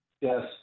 yes